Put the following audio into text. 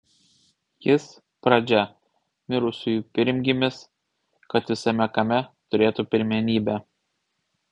jis pradžia mirusiųjų pirmgimis kad visame kame turėtų pirmenybę